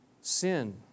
Sin